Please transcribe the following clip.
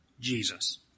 Jesus